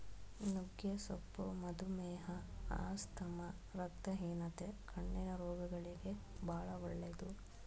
ನುಗ್ಗೆ ಸೊಪ್ಪು ಮಧುಮೇಹ, ಆಸ್ತಮಾ, ರಕ್ತಹೀನತೆ, ಕಣ್ಣಿನ ರೋಗಗಳಿಗೆ ಬಾಳ ಒಳ್ಳೆದು